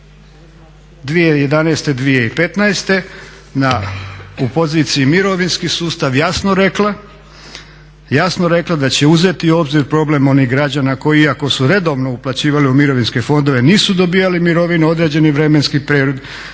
2011., 2015. u poziciji mirovinski sustav jasno rekla da će uzeti u obzir problem onih građana koji iako su redovno uplaćivali u mirovinske fondove nisu dobivali mirovine određeni vremenski period